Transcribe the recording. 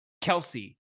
Kelsey